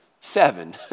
seven